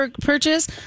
purchase